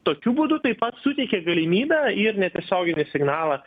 tokiu būdu taip pat suteikia galimybę ir netiesioginį signalą